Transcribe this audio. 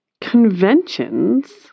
Conventions